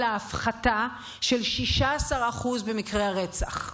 אלא הפחתה של 16% במקרי הרצח.